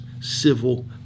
civil